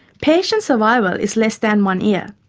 patient survival is less than one year.